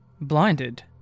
Blinded